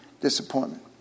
disappointment